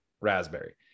raspberry